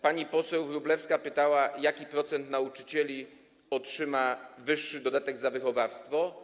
Pani poseł Wróblewska pytała, jaki procent nauczycieli otrzyma wyższy dodatek za wychowawstwo.